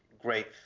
great